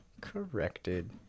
corrected